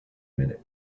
minute